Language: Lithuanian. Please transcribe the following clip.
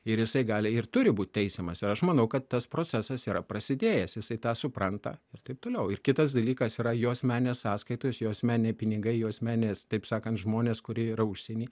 ir jisai gali ir turi būti teisiamas ir aš manau kad tas procesas yra prasidėjęs jisai tą supranta ir taip toliau ir kitas dalykas yra jo asmeninės sąskaitos jo asmeniniai pinigai jo asmeninės taip sakant žmonės kurie yra užsieny